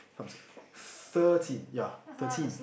thirteen ya thirteen